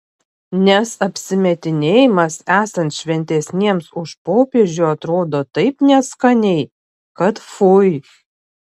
nes apsimetinėjimas esant šventesniems už popiežių atrodo taip neskaniai kad fui